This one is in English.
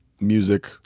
music